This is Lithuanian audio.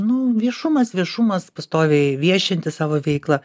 nu viešumas viešumas pastoviai viešinti savo veiklą